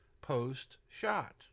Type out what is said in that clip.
post-shot